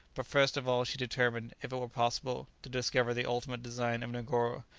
but, first of all, she determined, if it were possible, to discover the ultimate design of negoro.